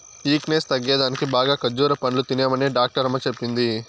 weakness తగ్గేదానికి బాగా ఖజ్జూర పండ్లు తినమనే డాక్టరమ్మ చెప్పింది